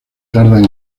tardan